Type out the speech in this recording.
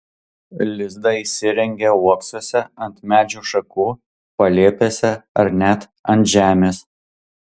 lizdą įsirengia uoksuose ant medžių šakų palėpėse ar net ant žemės